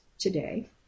today